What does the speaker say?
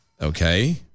Okay